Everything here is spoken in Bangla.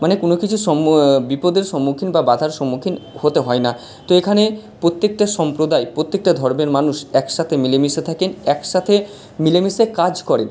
মানে কোনো কিছু সম বিপদের সম্মুখীন বা বাধার সম্মুখীন হতে হয় না তো এখানে প্রত্যেকটা সম্প্রদায় প্রত্যেকটা ধর্মের মানুষ একসাথে মিলেমিশে থাকেন একসাথে মিলেমিশে কাজ করেন